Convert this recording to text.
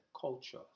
Culture